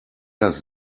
das